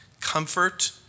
comfort